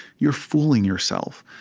you're fooling yourself.